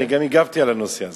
אני גם הגבתי על הנושא הזה.